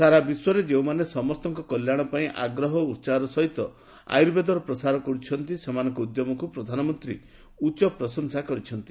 ସାରା ବିଶ୍ୱରେ ଯେଉଁମାନେ ସମସ୍ତଙ୍କ କଲ୍ୟାଣ ପାଇଁ ଆଗ୍ରହ ଓ ଉତ୍ସାହର ସହିତ ଆୟୁର୍ବେଦର ପ୍ରସାର କରୁଛନ୍ତି ସେମାନଙ୍କ ଉଦ୍ୟମକୁ ପ୍ରଧାନମନ୍ତ୍ରୀ ପ୍ରଶଂସା କରିଛନ୍ତି